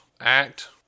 act